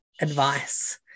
advice